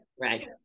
right